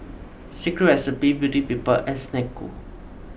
Secret Recipe Beauty People and Snek Ku